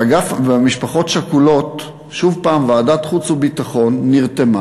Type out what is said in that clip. באגף משפחות שכולות, שוב ועדת חוץ וביטחון נרתמה